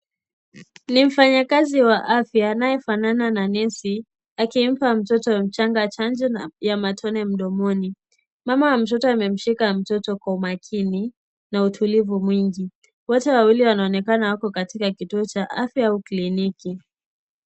Ni mfanyakazi wa afya anayefanana na nesi. Akimpa mtoto mchanga chanjo ya matone mdomoni. Mama ya mtoto amemshika mtoto kwa umakini na utulivu mwingi. Wote wawili wanaoneka wako katika kituo cha afya au kliniki.